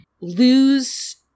lose